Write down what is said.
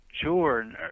Sure